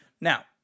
now